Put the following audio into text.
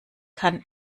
kann